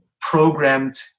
programmed